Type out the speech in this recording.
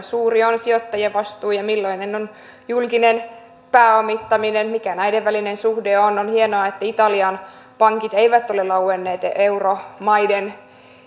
suuri on sijoittajan vastuu ja millaista on julkinen pääomittaminen ja mikä näiden välinen suhde on on hienoa että italian pankit eivät ole lauenneet euromaiden